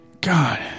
God